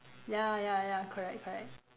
ya ya ya correct correct